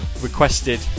requested